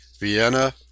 vienna